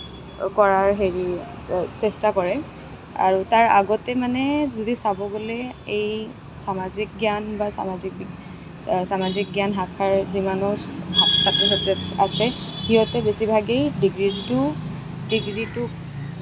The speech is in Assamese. কৰাৰ হেৰি চেষ্টা কৰে আৰু তাৰ আগতে মানে যদি চাব গ'লে এই সামাজিক জ্ঞান বা সামাজিক বিগ সামাজিক জ্ঞান শাখাৰ যিমানো ছাত্ৰ ছাত্ৰী আছে সিহঁতে বেছিভাগেই ডিগ্ৰীটো ডিগ্ৰীটো